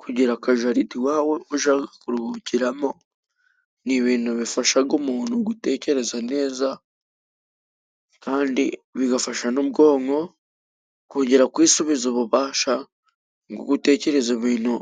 Kugira akajaride iwawe ujya kuruhukiramo ni ibintu bifasha umuntu gutekereza neza, kandi bigafasha n'ubwonko kongera kwisubiza ububasha bwo gutekereza ibintu